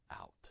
out